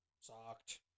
Sucked